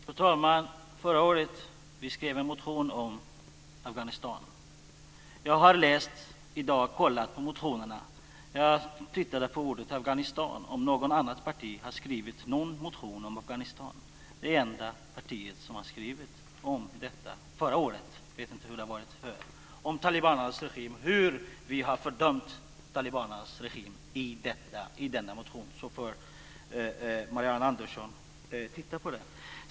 Fru talman! Förra året skrev vi en motion om Afghanistan. Jag har i dag sökt på ordet "Afghanistan" i motionerna för att se om något annat parti skrivit någon motion om Afghanistan, men vi var det enda partiet som skrev om detta förra året. Jag vet inte hur det har varit förr. Vi har fördömt talibanernas regim i denna motion. Titta på den, Marianne Andersson!